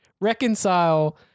reconcile